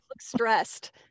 Stressed